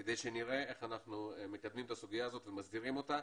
כדי שנראה איך אנחנו מקדמים את הסוגיה הזאת ומסדירים אותה,